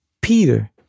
Peter